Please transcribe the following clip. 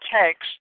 text